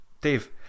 Dave